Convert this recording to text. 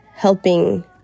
helping